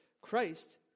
Christ